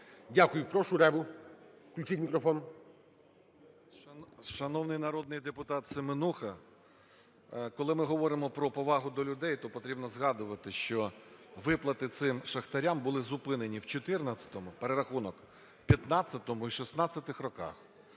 Дякую. Прошу Реву. Включіть мікрофон. 10:31:24 РЕВА А.О. Шановний народний депутатСеменуха, коли ми говоримо про повагу до людей, то потрібно згадувати, що виплати цим шахтарям були зупинені в 2014-у, перерахунок, в 2015-у і 2016-х роках.